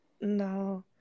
No